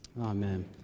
amen